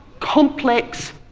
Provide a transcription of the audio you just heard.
complex